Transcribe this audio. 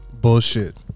Bullshit